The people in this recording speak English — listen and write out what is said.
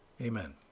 Amen